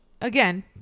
again